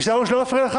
ביקשת שלא יפריע לך?